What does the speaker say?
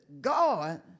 God